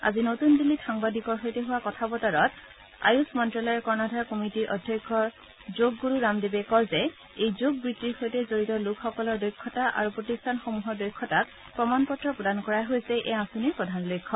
আজি নতুন দিল্লীত সাংবাদিকৰ সৈতে হোৱা কথাবতৰাত আয়ুশ মন্তালয়ৰ কৰ্ণধাৰ কমিটিৰ অধ্যক্ষ যোগ গুৰু ৰামদেৱে কয় যে এই যোগ বৃত্তিৰ সৈতে জড়িত লোকসকলৰ দক্ষতা আৰু প্ৰতিষ্ঠানসমূহক দক্ষতাক প্ৰমানপত্ৰ প্ৰদান কৰাই হৈছে এই আঁচনিৰ প্ৰধান লক্ষ্য